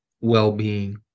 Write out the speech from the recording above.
well-being